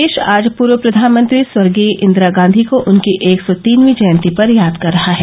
देश आज पूर्व प्रधानमंत्री स्वर्गीय इन्दिरा गांधी को उनकी एक सौ तीनवीं जयंती पर याद कर रहा है